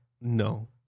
no